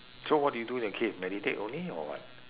so what do you do in a cave meditate only or what